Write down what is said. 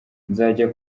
nzajya